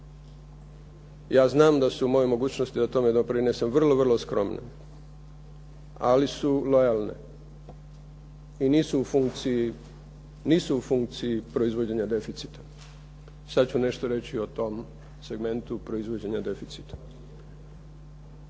Ja znam da su moje mogućnosti da tome doprinesem vrlo skromne ali su lojalne i nisu u funkciji proizvođenja deficita. Sad ću nešto reći o tom segmentu proizvođenja deficita.